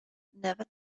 never